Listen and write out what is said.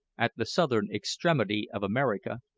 at the southern extremity of america,